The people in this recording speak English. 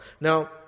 Now